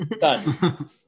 Done